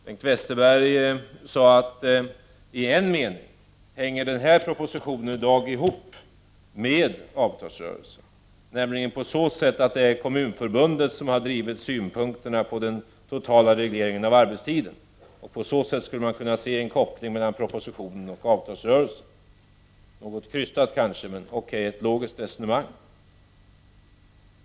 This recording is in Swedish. Bengt Westerberg sade att i en mening hänger propositionen i dag samman med avtalsrörelsen, nämligen på så sätt att Kommunförbundet har drivit kravet om den totala arbetstiden. Därmed skulle man alltså kunna se en koppling mellan propositionen och avtalsrörelsen. Det är kanske något krystat men möjligen ett logiskt resonemang.